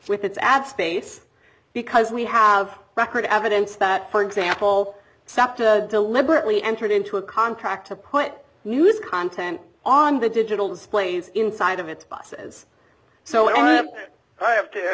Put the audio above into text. with its ad space because we have record evidence that for example sept deliberately entered into a contract to put news content on the digital displays inside of it buses so i don't have to